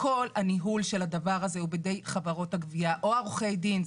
כל הניהול של הדבר הזה הוא בידי חברות הגבייה או עורכי הדין,